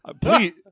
please